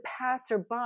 passerby